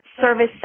service